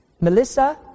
Melissa